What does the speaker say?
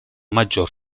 maggior